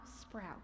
sprout